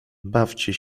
bawcie